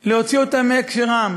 להוציא אותם מהקשרם,